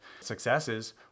successes